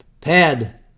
pad